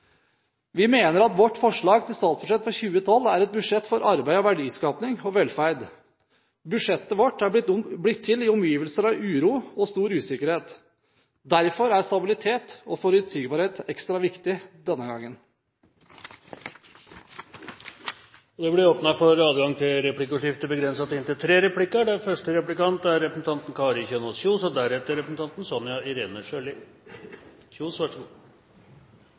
Vi mener at vårt forslag til statsbudsjett for 2012 er et budsjett for arbeid og verdiskaping og velferd. Budsjettet vårt er blitt til i omgivelser av uro og stor usikkerhet. Derfor er stabilitet og forutsigbarhet ekstra viktig denne gangen. Det blir replikkordskifte. Det var mye finans. Jeg skal spørre om helse. Regjeringspartiene viser i sine merknader til at de er tilfreds med at regjeringen har fulgt opp verdighetsgarantien på en god måte. Samtidig har flere aviser ved flere anledninger vist til